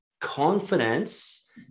confidence